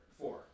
four